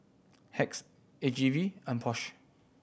Hacks A G V and Porsche